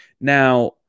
Now